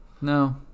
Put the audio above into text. No